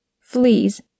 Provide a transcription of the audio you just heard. fleas